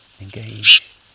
engage